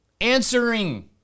answering